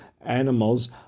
Animals